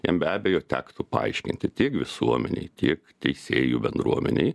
jam be abejo tektų paaiškinti tiek visuomenei tiek teisėjų bendruomenei